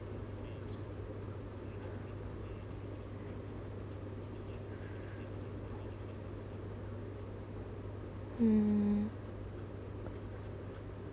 mm